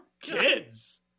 Kids